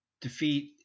defeat